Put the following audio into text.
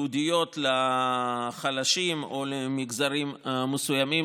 חלק דרך תוכניות ייעודיות לחלשים או למגזרים מסוימים